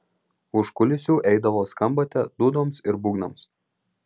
už kulisių eidavo skambate dūdoms ir būgnams